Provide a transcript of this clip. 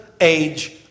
age